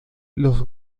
los